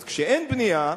אז כשאין בנייה,